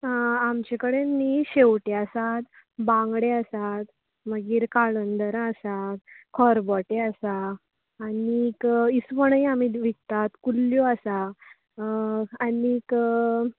आं आमचे कडेन न्ही शळेवटे आसात बांगडे आसात मागीर काळुंदरां आसा खरबटे आसा आनीक इस्वणय आमी विकतात कुल्ल्यो आसात आनीक